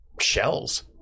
shells